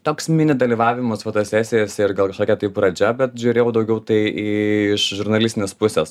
toks mini dalyvavimas fotosesijose ir gal kažkokia tai pradžia bet žiūrėjau daugiau tai į iš žurnalistinės pusės